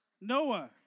Noah